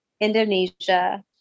Indonesia